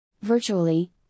Virtually